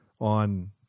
on